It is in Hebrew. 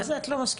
מה זה לא מסכימות?